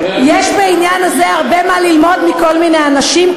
יש בעניין הזה הרבה מה ללמוד מכל מיני אנשים,